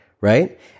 right